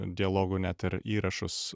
dialogų net ir įrašus